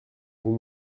vous